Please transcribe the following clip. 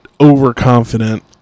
overconfident